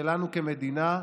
שלנו כמדינה,